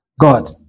God